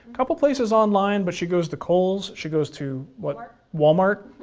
a couple of places online, but she goes to kohl's. she goes to but walmart,